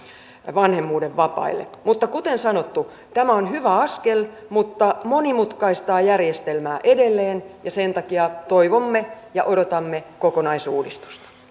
vanhemmuuden vapaille mutta kuten sanottu tämä on hyvä askel mutta monimutkaistaa järjestelmää edelleen ja sen takia toivomme ja odotamme kokonaisuudistusta